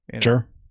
Sure